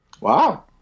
Wow